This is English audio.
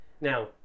Now